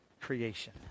creation